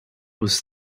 was